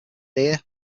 deer